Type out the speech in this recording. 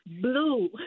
blue